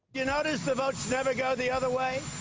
you notice the votes never go the other way?